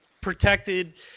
protected